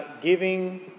giving